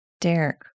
derek